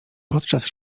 podczas